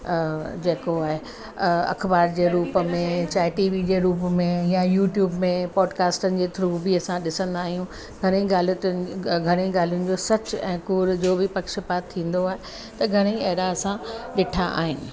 जेको आहे अखबार जे रूप में टी वी जे रूप में या यूट्यूब में पॉडकास्टनि जे थ्रू बि असां ॾिसंदा आहियूं घणेई ग़लितियुनि घणेई ॻाल्हियुनि जो सच ऐं कूड़ जो बि पक्ष पात थींदो आहे त घणेई अहिड़ा असां ॾिठा आहिनि